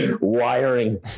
wiring